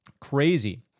Crazy